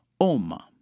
Om